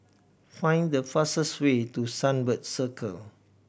find the fastest way to Sunbird Circle